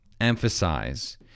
emphasize